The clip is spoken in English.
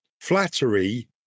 Flattery